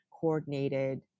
coordinated